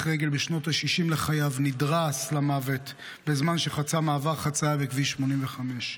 רגל בשנות השישים לחייו נדרס למוות בזמן שחצה מעבר חצייה בכביש 85,